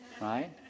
right